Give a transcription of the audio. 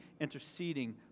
interceding